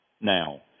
now